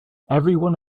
everyone